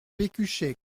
pécuchet